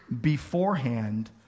beforehand